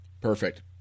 Perfect